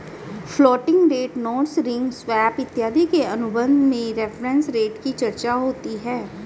floating rate notes ring swap इत्यादि के अनुबंध में रेफरेंस रेट की चर्चा होती है